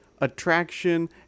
attraction